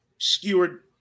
skewered